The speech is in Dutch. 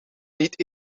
niet